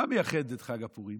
מה מייחד את חג הפורים?